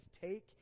take